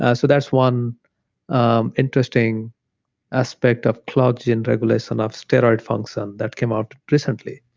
ah so that's one um interesting aspect of clock gene regulation of steroid function that came out recently.